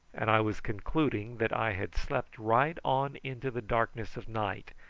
and i was concluding that i had slept right on into the darkness of night,